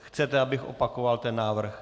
Chcete, abych opakoval ten návrh?